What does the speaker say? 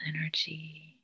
energy